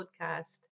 podcast